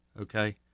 okay